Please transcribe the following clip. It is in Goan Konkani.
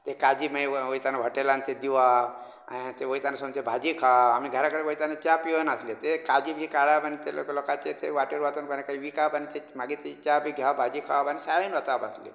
ते काजी मागीर वयताना होटेलांत ते दिवाप आनी वयतानासून ते भाजी खावप आमी घरा कडेन वयताना च्या पिवन वचनासले ते काजी बी काडप आनी ते लोकांचे ते वाटेर वयताना ते विकाप आनी मागीर ती च्या बी घेवप भाजी खावप आनी शाळेंत वचप आसली